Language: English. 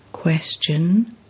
Question